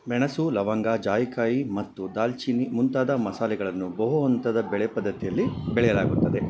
ಮೆಣಸು ಲವಂಗ ಜಾಯಿಕಾಯಿ ಮತ್ತು ದಾಲ್ಚಿನ್ನಿ ಮುಂತಾದ ಮಸಾಲೆಗಳನ್ನು ಬಹು ಹಂತದ ಬೆಳೆ ಪದ್ಧತಿಯಲ್ಲಿ ಬೆಳೆಯಲಾಗುತ್ತದೆ